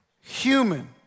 human